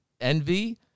envy